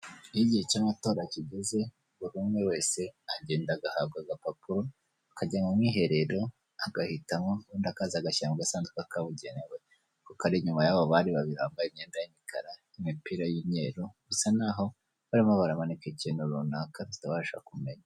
Iyo igihe cy'amatora kigeze buri umwe wese agenda aga ahabwa agapapuro, akajya mu mwiherero agahitamo ubundi akaza agashyamba mu agasanduku kabugenewe, ako kari inyuma yabo bari babiri bambaye imyenda y'imikara n' imipira y'imyeru, bisa naho barimo baramanika ikintu runaka tutabasha kumenya.